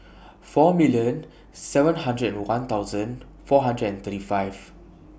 four million seven hundred and one thousand four hundred and thirty five